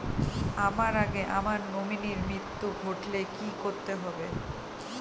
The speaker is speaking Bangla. আমার আগে আমার নমিনীর মৃত্যু ঘটলে কি করতে হবে?